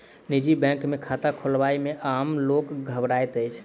निजी बैंक मे खाता खोलयबा मे आम लोक घबराइत अछि